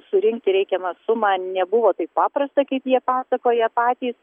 surinkti reikiamą sumą nebuvo taip paprasta kaip jie pasakoja patys